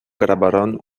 grabaron